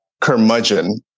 curmudgeon